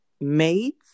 Maids